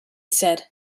said